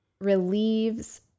relieves